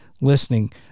listening